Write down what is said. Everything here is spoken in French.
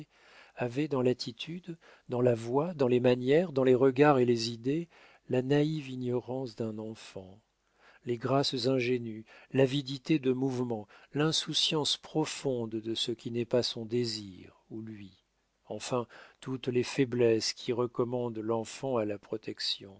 avait dans l'attitude dans la voix dans les manières dans les regards et les idées la naïve ignorance d'un enfant les grâces ingénues l'avidité de mouvement l'insouciance profonde de ce qui n'est pas son désir ou lui enfin toutes les faiblesses qui recommandent l'enfant à la protection